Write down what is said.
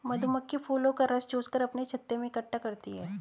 मधुमक्खी फूलों का रस चूस कर अपने छत्ते में इकट्ठा करती हैं